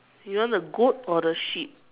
you want the goat or the sheep